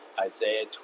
Isaiah